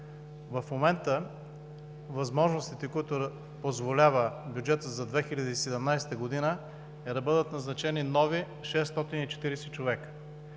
В момента възможностите, които позволява бюджетът за 2017 г., е да бъдат назначени нови 640 човека.